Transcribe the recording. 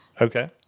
Okay